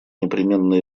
непременно